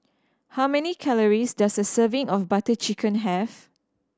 how many calories does a serving of Butter Chicken have